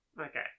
Okay